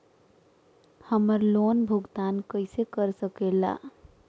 हम्मर लोन भुगतान कैसे कर सके ला?